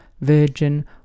virgin